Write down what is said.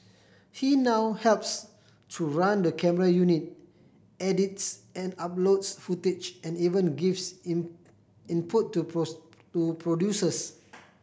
he now helps to run the camera unit edits and uploads footage and even gives in input to to producers